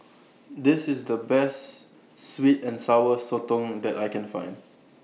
This IS The Best Sweet and Sour Sotong that I Can Find